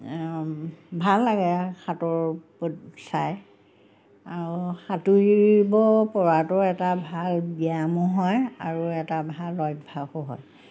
ভাল লাগে সাঁতোৰ চাই আৰু সাঁতুৰিব পৰাটো এটা ভাল ব্যায়ামো হয় আৰু এটা ভাল অভ্যাসো হয়